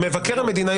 מבקר המדינה,